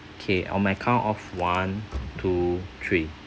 okay on my count of one two three